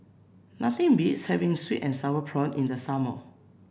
nothing beats having sweet and sour prawns in the summer